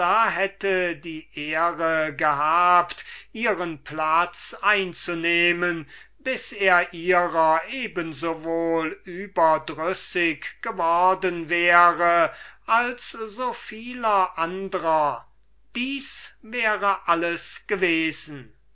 hätte die ehre gehabt ihren platz einzunehmen bis er ihrer eben so wohl überdrüssig geworden wäre als so vieler andrer das wäre alles gewesen